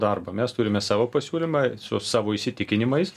darbą mes turime savo pasiūlymą su savo įsitikinimais